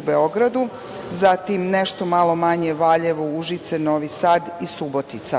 u Beogradu, zatim nešto malo manje u Valjevu, Užicu, Novom Sadu i Subotici.